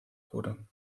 wurde